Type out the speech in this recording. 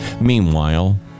Meanwhile